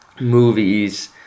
movies